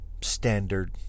Standard